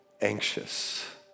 anxious